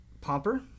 Pomper